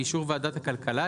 באישור ועדת הכלכלה,